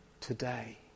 today